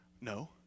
no